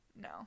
No